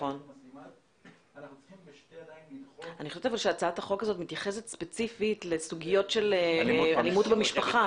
אני חושב שהצעת החוק הזאת מתייחסת ספציפית לסוגיות של אלימות במשפחה.